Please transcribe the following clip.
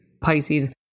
Pisces